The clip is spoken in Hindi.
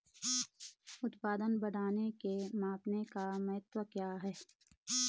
उत्पादन बढ़ाने के मापन का महत्व क्या है?